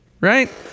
Right